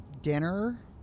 dinner